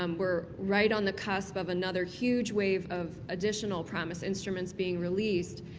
um we're right on the cusp of another huge wave of additional promis instruments being released,